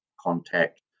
contact